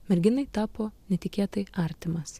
merginai tapo netikėtai artimas